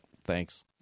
Thanks